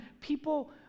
people